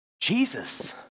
Jesus